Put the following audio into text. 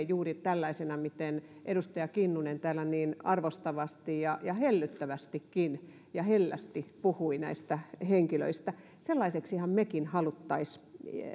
juuri sellaisena miten edustaja kinnunen täällä niin arvostavasti ja ja hellyttävästikin ja hellästi puhui näistä henkilöistä sellaisenahan mekin haluaisimme